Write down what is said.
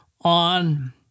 on